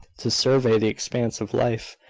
to survey the expanse of life,